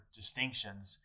distinctions